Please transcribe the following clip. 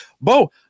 Bo